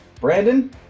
Brandon